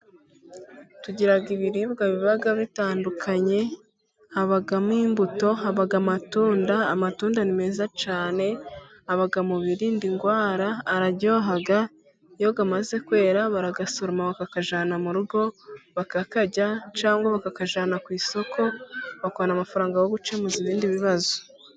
Tugira ibiribwa biba bitandukanye habamo imbuto, haba amatunda. Amatunda ni meza cyane aba mu birinda indwara araryoha, iyo amaze kwera barayasoroma bakajyana mu rugo bakayarya, cyangwa bakayajyana ku isoko bakabona amafaranga yo gukemuza ibindi bibazo.